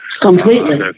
Completely